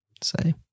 say